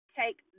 take